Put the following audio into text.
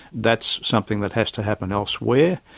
that's something that has to happen elsewhere,